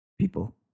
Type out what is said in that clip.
people